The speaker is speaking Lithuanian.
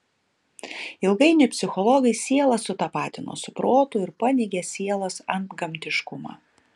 ilgainiui psichologai sielą sutapatino su protu ir paneigė sielos antgamtiškumą